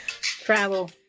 travel